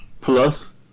Plus